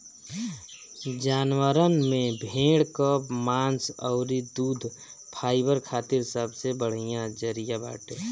जानवरन में भेड़ कअ मांस अउरी दूध फाइबर खातिर सबसे बढ़िया जरिया बाटे